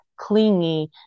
clingy